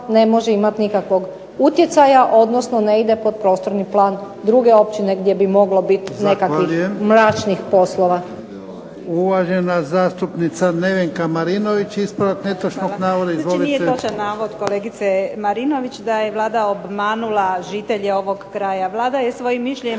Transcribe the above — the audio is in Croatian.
ne može imati nikakvog utjecaja, odnosno ne ide pod prostorni plan druge općine gdje bi moglo biti nekakvih mračnih poslova.